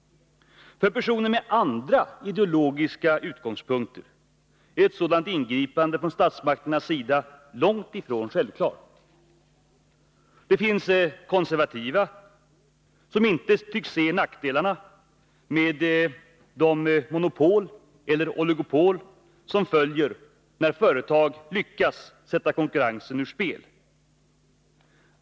För personer med andra ideologiska utgångspunkter är ett sådant ingripande från statsmakternas sida långt ifrån självklart. Det finns konservativa som inte tycks se de nackdelar som följer med monopol och oligopol som sätter konkurrensen ur spel.